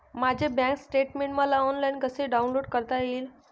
माझे bank statement मला online कसे डाउनलोड करता येईल?